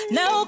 no